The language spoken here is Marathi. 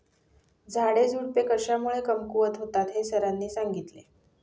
झाडेझुडपे कशामुळे कमकुवत होतात हे सरांनी सांगितले